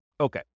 Okay